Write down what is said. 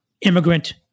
immigrant